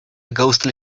ghostly